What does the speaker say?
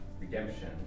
redemption